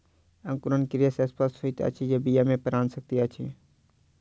अंकुरण क्रिया सॅ स्पष्ट होइत अछि जे बीया मे प्राण शक्ति अछि